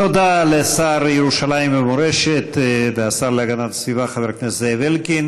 תודה לשר ירושלים ומורשת והשר להגנת הסביבה חבר הכנסת זאב אלקין.